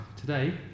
today